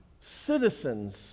citizens